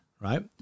right